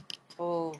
oh